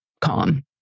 calm